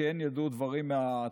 כי הן ידעו דברים מהטייסת.